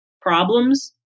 problems